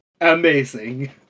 amazing